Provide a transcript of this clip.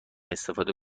استفاده